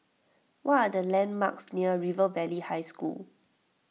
what are the landmarks near River Valley High School